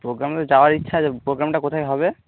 প্রোগ্রামে যাওয়ার ইচ্ছা আছে প্রোগ্রামটা কোথায় হবে